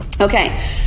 Okay